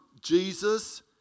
Jesus